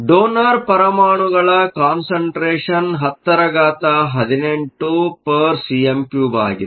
donor ಪರಮಾಣುಗಳ concentration 1018 cm 3 ಆಗಿದೆ